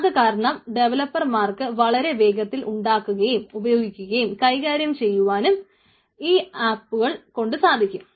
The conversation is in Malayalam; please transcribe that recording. അതു കാരണം ഡെവലപ്പർമാർക്ക് വളരെ വേഗത്തിൽ ഉണ്ടാക്കുകയും ഉപയോഗിക്കുകയും കൈകാര്യം ചെയ്യുവാനും ഈ അപ്പുകൾ കൊണ്ട് സാധിക്കും